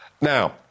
Now